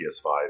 PS5